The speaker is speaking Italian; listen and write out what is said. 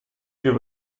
più